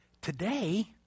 Today